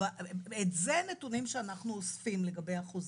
זה נתונים שאנחנו אוספים לגבי החוזרים.